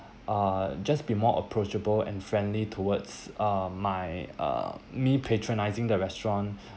uh just be more approachable and friendly towards uh my uh me patronizing the restaurant